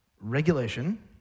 regulation